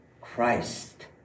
Christ